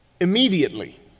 immediately